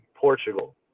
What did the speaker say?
Portugal